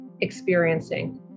experiencing